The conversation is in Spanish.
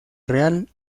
real